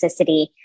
toxicity